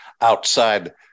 outside